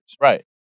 right